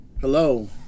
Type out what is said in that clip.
Hello